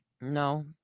No